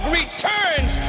returns